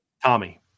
Tommy